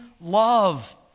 love